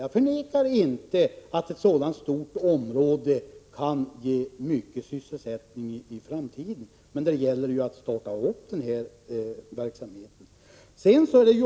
Jag förnekar inte att ett sådant här område kan ge mycken sysselsättning i framtiden, men det gäller ju att komma i gång med verksamheten.